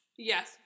Yes